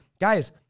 guys